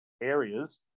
areas